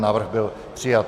Návrh byl přijat.